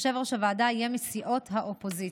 יושב-ראש הוועדה יהיה מסיעות האופוזיציה.